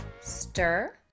Stir